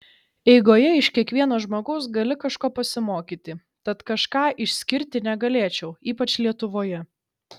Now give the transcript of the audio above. eigoje iš kiekvieno žmogaus gali kažko pasimokyti tad kažką išskirti negalėčiau ypač lietuvoje